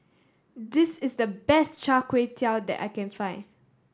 this is the best Char Kway Teow that I can find